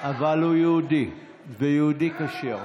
לך לאמריקה, אבל הוא יהודי, ויהודי כשר.